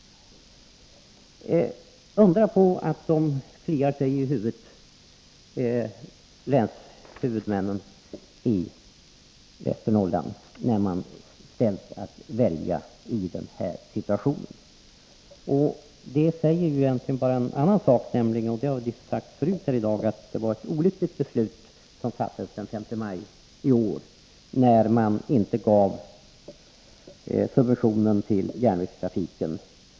Undra på att länshuvudmännen i Västernorrland kliar sig i huvudet när de skall välja i den situationen. Detta pekar egentligen bara i en riktning, som redan har nämnts här i dag, nämligen att det var ett olyckligt beslut som fattades den 5 maj i år när riksdagen inte gav större subventioner till järnvägstrafiken.